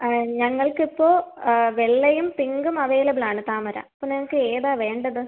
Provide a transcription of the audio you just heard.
ഞങ്ങൾക്കിപ്പോൾ വെള്ളയും പിങ്കും അവൈലബിൾ ആണ് താമര ഇപ്പോൾ നിങ്ങൾക്ക് ഏതാണ് വേണ്ടത്